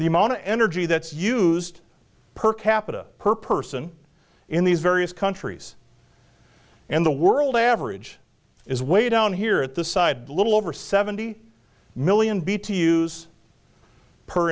the amount of energy that's used per capita per person in these various countries and the world average is way down here at the side little over seventy million b to use per